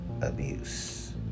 abuse